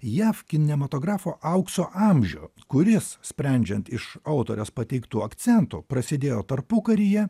jav kinematografo aukso amžių kuris sprendžiant iš autorės pateiktų akcentų prasidėjo tarpukaryje